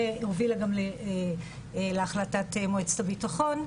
והובילה להחלטת מועצת הביטחון,